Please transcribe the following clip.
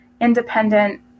independent